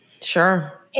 Sure